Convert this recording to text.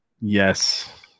Yes